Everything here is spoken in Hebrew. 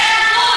מושכים את השאלות.